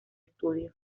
estudio